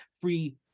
free